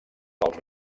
pels